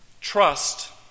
trust